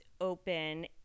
open